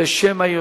התשע"ב 2012,